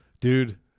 dude